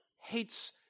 hates